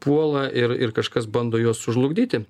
puola ir ir kažkas bando juos sužlugdyti